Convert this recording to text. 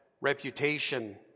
reputation